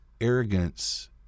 arrogance